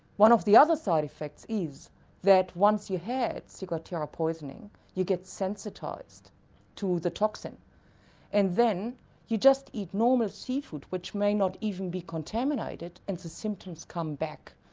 one of the other side effects is that once you had ciguatera poisoning you get sensitised to the toxin and then you just eat normal seafood which may not even be contaminated and the so symptoms come back.